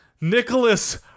Nicholas